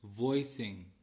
voicing